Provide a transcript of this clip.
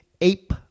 ape